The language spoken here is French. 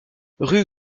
rue